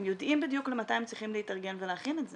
הם יודעים בדיוק למתי הם צריכים להתארגן ולהכין את זה.